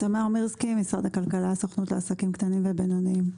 משרד הכלכלה, הסוכנות לעסקים קטנים ובינוניים.